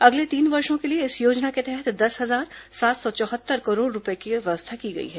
अगले तीन वर्षो के लिए इस योजना के तहत दस हजार सात सौ चौहत्तर करोड़ रूपये की व्यवस्था की गई है